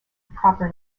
proper